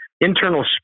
internal